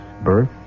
birth